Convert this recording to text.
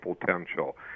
potential